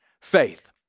faith